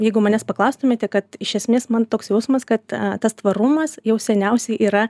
jeigu manęs paklaustumėte kad iš esmės man toks jausmas kad tas tvarumas jau seniausiai yra